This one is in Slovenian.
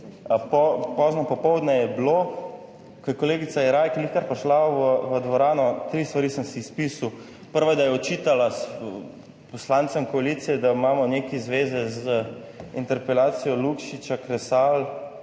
pozno popoldne je bilo, ko je kolegica Jeraj, ki je lihkar prišla v dvorano, tri stvari sem si izpisal. Prva, da je očitala poslancem koalicije, da imamo nekaj zveze z interpelacijo Lukšiča, Kresal